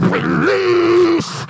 Release